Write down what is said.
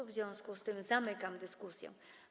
W związku z tym zamykam dyskusję.